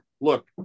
look